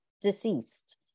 deceased